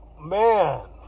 man